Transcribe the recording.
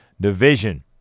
division